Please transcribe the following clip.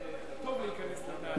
טוב להיכנס לנעליו של האזרח.